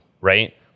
right